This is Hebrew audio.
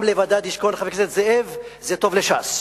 עם לבדד ישכון, חבר הכנסת זאב, זה טוב לש"ס,